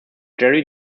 gerry